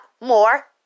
more